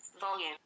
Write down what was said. Volume